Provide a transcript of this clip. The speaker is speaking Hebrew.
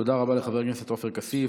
תודה רבה לחבר הכנסת עופר כסיף.